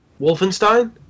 Wolfenstein